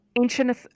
ancient